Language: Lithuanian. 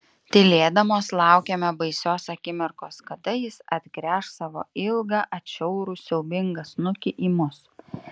tylėdamos laukėme baisios akimirkos kada jis atgręš savo ilgą atšiaurų siaubingą snukį į mus